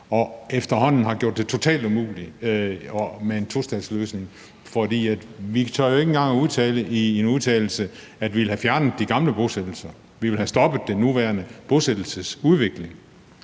og efterhånden har gjort det totalt umuligt med en tostatsløsning. Vi tør jo ikke engang at udtale i en udtalelse, at vi vil have fjernet de gamle bosættelser, vi vil have stoppet den nuværende bosættelsesudvikling.